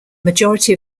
majority